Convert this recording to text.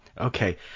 Okay